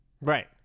Right